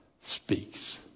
speaks